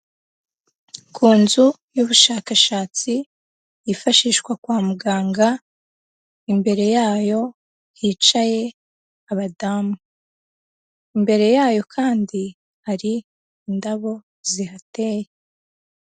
Ku nzu y'ubushakashatsi yifashishwa kwa muganga, imbere yayo hicaye abadamu, imbere yayo kandi hari indabo zihateye.